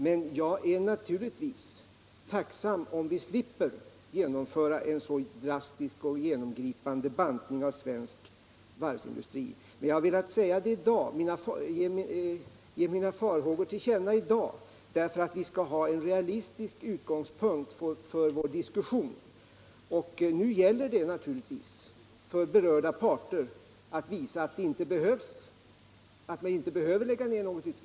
Men jag är naturligtvis tacksam om vi slipper genomföra en så drastisk och genomgripande bantning av svensk varvsindustri. Jag har velat ge mina farhågor till känna i dag, eftersom vi skall ha en realistisk utgångspunkt för vår diskussion. Nu gäller det naturligtvis för berörda parter att visa att man inte behöver lägga ned något varv.